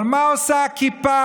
אבל מה עושה הכיפה,